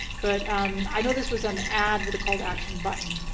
but i know this was an ad with a call to action button.